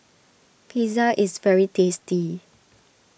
Pizza is very tasty